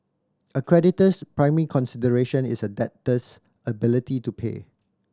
a creditor's primary consideration is a debtor's ability to pay